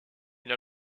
une